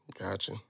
Gotcha